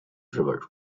river